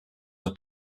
were